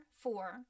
four